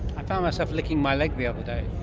i found myself licking my leg the other day.